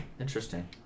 Interesting